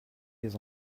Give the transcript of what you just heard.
des